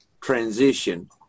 transition